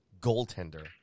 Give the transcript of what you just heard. goaltender